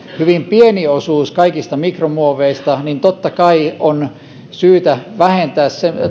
hyvin pieni osuus kaikista mikromuoveista niin totta kai on syytä vähentää